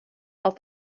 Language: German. auf